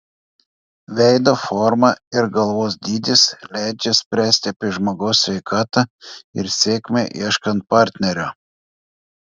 veido forma ir galvos dydis leidžia spręsti apie žmogaus sveikatą ir sėkmę ieškant partnerio